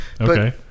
Okay